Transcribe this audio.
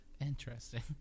Interesting